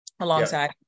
alongside